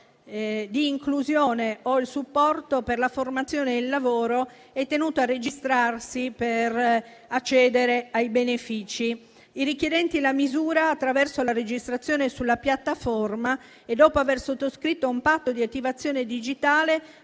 di inclusione o il supporto per la formazione e il lavoro è tenuto a registrarsi per accedere ai benefici. I richiedenti la misura, attraverso la registrazione sulla piattaforma e dopo aver sottoscritto un patto di attivazione digitale,